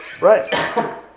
Right